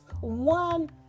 one